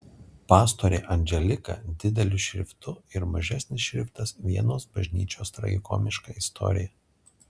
pastorė anželika dideliu šriftu ir mažesnis šriftas vienos bažnyčios tragikomiška istorija